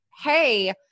hey